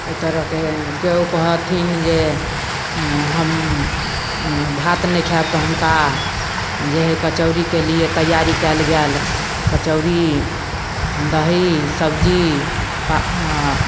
एहि तरहके केओ कहथिन जे हम भात नहि खाएब तऽ हुनका जे हइ कचौड़ीके लिए तैआरी कएल गैल कचौड़ी दही सब्जी पा हँ